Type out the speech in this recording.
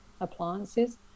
appliances